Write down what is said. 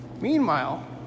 Meanwhile